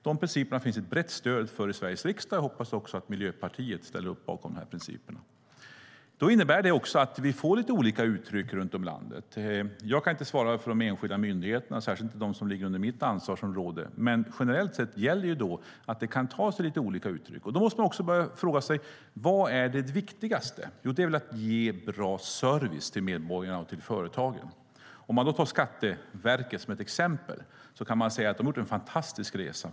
De principerna finns det ett brett stöd för i Sveriges riksdag, och jag hoppas också att Miljöpartiet ställer upp bakom de principerna. Det innebär att vi får lite olika uttryck runt om i landet. Jag kan inte svara för de enskilda myndigheterna, särskilt inte de som inte ligger under mitt ansvarsområde. Men generellt sett gäller att det kan ta sig lite olika utryck. Då måste man fråga sig: Vad är det viktigaste? Det är väl att ge bra service till medborgarna och företagen. Man kan ta Skatteverket som ett exempel. Då kan man säga att de har gjort en fantastisk resa.